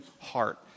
heart